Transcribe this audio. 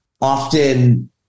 often